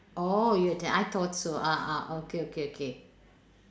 orh you att~ I thought so ah ah okay okay okay